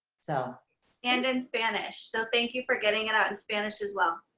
so and in spanish. so thank you for getting it out in spanish as well.